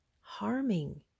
harming